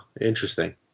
interesting